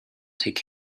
take